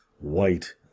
white